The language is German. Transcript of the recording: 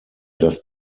dass